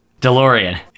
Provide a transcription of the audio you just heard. DeLorean